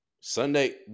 Sunday